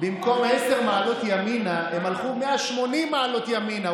במקום עשר מעלות ימינה, הם הלכו 180 מעלות ימינה.